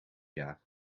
jaar